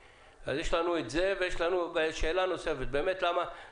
אז יש לנו את זה ויש לנו שאלה נוספת: באמת למה